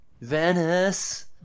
Venice